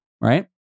Right